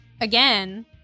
again